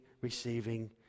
receiving